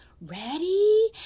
ready